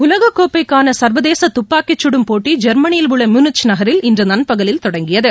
உலகக்கோப்பைக்கான சர்வதேச துப்பாக்கிச் சுடும் போட்டி ஜெர்மனியில் உள்ள முனிச் நகரில் இன்று நண்பகலில் தொடங்கியது